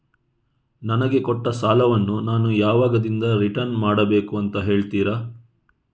ನನಗೆ ಕೊಟ್ಟ ಸಾಲವನ್ನು ನಾನು ಯಾವಾಗದಿಂದ ರಿಟರ್ನ್ ಮಾಡಬೇಕು ಅಂತ ಹೇಳ್ತೀರಾ?